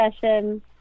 session